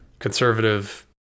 conservative